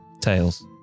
Tails